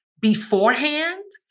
beforehand